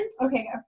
Okay